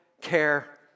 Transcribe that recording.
care